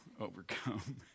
overcome